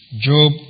Job